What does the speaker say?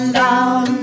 down